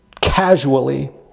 casually